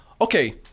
okay